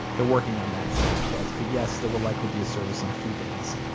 they're working on that, skylar says, but yes, there will likely be a service in a few days.